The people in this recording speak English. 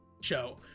show